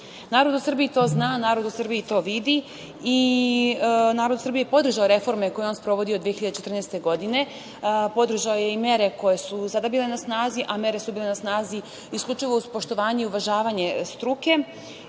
u Srbiji to zna, narod u Srbiji to vidi i narod u Srbiji je podržao reforme koje je on sprovodio 2014. godine, podržao je i mere koje su i sada bile na snazi, a mere su bile na snazi isključivo uz poštovanje i uvažavanje struke